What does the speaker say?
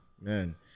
man